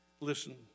Listen